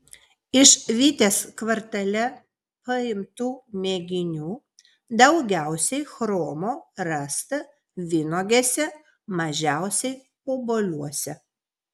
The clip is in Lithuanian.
iš vitės kvartale paimtų mėginių daugiausiai chromo rasta vynuogėse mažiausiai obuoliuose